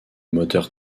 moteurs